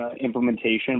implementation